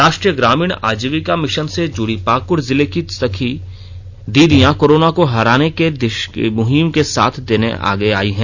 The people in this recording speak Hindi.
राष्ट्रीय ग्रामीण आजीविका मिशन से जुड़ी पाकुड़ जिले की सखी दीदियां कोरोना को हराने की देश की मुहिम में साथ देने आगे आयी हैं